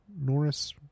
Norris